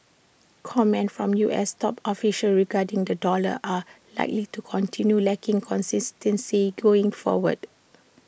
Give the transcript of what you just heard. comments from U S top officials regarding the dollar are likely to continue lacking consistency going forward